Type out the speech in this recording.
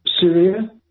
Syria